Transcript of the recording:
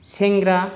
सेंग्रा